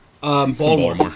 Baltimore